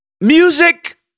music